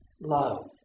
love